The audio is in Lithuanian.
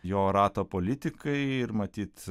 jo rato politikai ir matyt